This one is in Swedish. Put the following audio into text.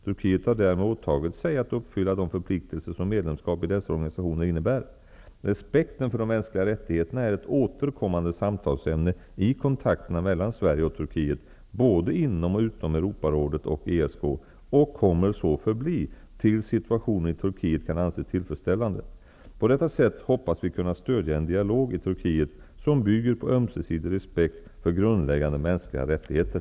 Turkiet har därmed åtagit sig att uppfylla de förpliktelser som medlemskap i dessa organisationer innebär. Respekten för de mänskliga rättigheterna är ett återkommande samtalsämne i kontakterna mellan Sverige och Turkiet, både inom och utom Europarådet och ESK, och kommer så förbli tills situationen i Turkiet kan anses tillfredsställande. På detta sätt hoppas vi kunna stödja en dialog i Turkiet, som bygger på ömsesidig respekt för grundläggande mänskliga rättigheter.